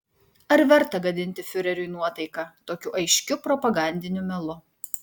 ar verta gadinti fiureriui nuotaiką tokiu aiškiu propagandiniu melu